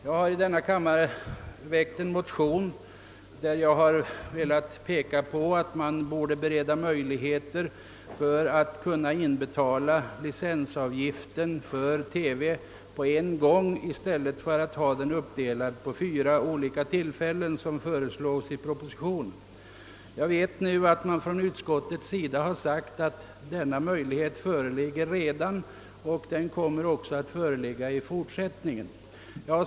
Jag har i denna kammare väckt en motion, i vilken jag har framhållit att man borde göra det möjligt att inbetala licensavgiften för TV på en gång i stället för att ha den uppdelad på fyra olika tillfällen, som det föreslås i propositionen. Utskottet har anfört att denna möjlighet redan föreligger och även kommer att finnas i fortsättningen.